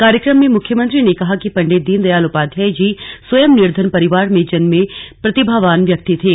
कार्यक्रम में मुख्यमंत्री ने कहा कि पंडित दीनदयाल उपाध्याय जी स्वयं निर्धन परिवार में जन्मे प्रतिभावान व्यक्ति थे